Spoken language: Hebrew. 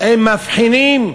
הם מבחינים.